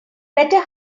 better